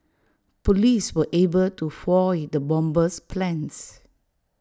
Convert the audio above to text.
Police were able to foil the bomber's plans